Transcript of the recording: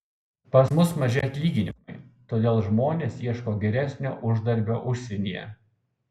pas mus maži atlyginimai todėl žmonės ieško geresnio uždarbio užsienyje